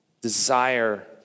desire